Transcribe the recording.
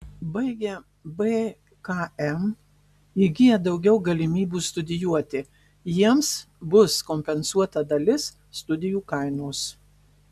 baigę bkm įgyja daugiau galimybių studijuoti jiems bus kompensuota dalis studijų kainos